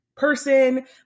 person